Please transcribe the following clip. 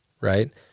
right